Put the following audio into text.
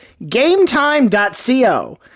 gametime.co